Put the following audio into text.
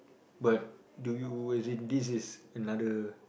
but do you as in this is another